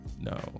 No